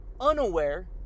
unaware